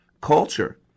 culture